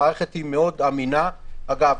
המערכת מאוד אמינה אגב,